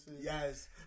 Yes